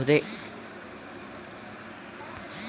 ರೈಲು ticket ಅನ್ನು ಮೊಬೈಲಿಂದ book ಮಾಡಬಹುದೆ?